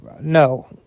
no